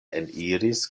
eniris